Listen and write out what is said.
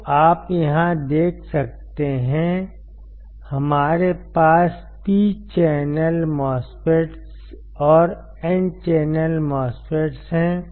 तो आप यहाँ देख सकते हैं हमारे पास P चैनल MOSFETs और N चैनल MOSFET है